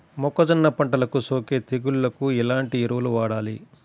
మొక్కజొన్న పంటలకు సోకే తెగుళ్లకు ఎలాంటి ఎరువులు వాడాలి?